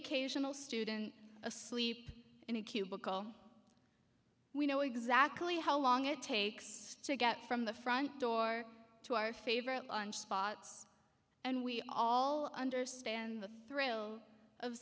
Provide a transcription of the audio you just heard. occasional student asleep in a cubicle we know exactly how long it takes to get from the front door to our favorite spots and we all understand the thrill of